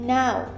now